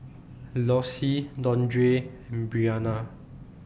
Lossie Dondre Breanna